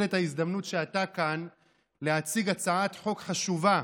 את ההזדמנות שאתה כאן להציג הצעת חוק חשובה,